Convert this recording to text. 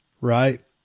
right